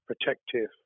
protective